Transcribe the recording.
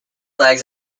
legs